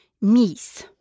Miss